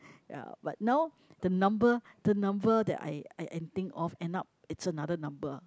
ya but now the number the number that I I entering off end up it's another number